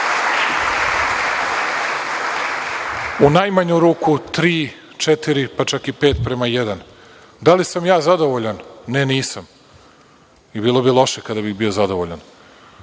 u najmanju ruku tri, četiri, pa čak i pet prema jedan. Da li sam ja zadovoljan? Ne, nisam. Bilo bi loše kada bih bio zadovoljan.